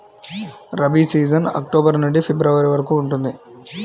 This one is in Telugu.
రబీ సీజన్ అక్టోబర్ నుండి ఫిబ్రవరి వరకు ఉంటుంది